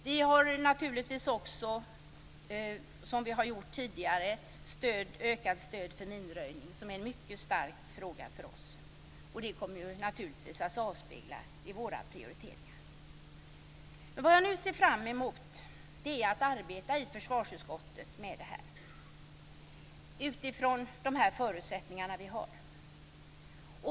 Vi har naturligtvis också, som vi har gjort tidigare, ökat stödet för minröjning som är en mycket stark fråga för oss. Det kommer naturligtvis att avspeglas i våra prioriteringar. Vad jag nu ser fram emot är att arbeta med detta i försvarsutskottet utifrån de förutsättningar vi har.